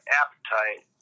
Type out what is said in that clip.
appetite